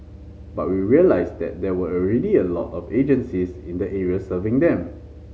but we realised that there were already a lot of agencies in the area serving them